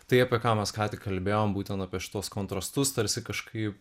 tai apie ką mes ką tik kalbėjom būtent apie šituos kontrastus tarsi kažkaip